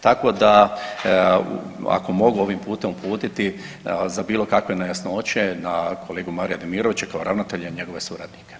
Tako da ako mogu ovim putem uputiti za bilo kakve nejasnoće na kolegu Marija Dimirovića kao ravnatelja i njegove suradnike.